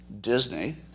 Disney